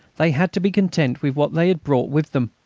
they had to be content with what they had brought with them.